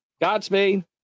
godspeed